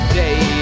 day